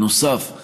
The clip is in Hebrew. נוסף על כך,